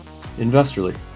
Investorly